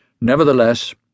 Nevertheless